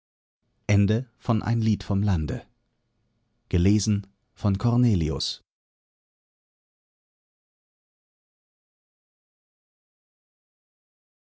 das lied vom